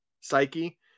psyche